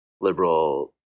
liberal